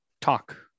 talk